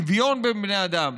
עיר שיש בה שוויון בין בני אדם,